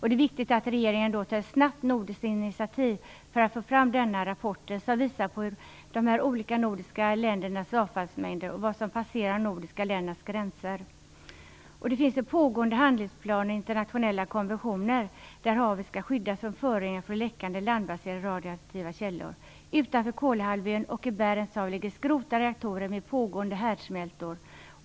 Det är viktigt att regeringen snabbt tar ett nordiskt initiativ för att få fram en rapport som visar på de olika nordiska ländernas avfallsmängder och vad som passerar de nordiska ländernas gränser. Det finns pågående handlingsplaner och internationella konventioner där havet skall skyddas från föroreningar från läckande landbaserade radioaktiva källor. Utanför Kolahalvön och i Barents hav ligger skrotade reaktorer med pågående härdsmältor.